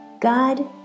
God